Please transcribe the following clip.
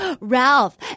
Ralph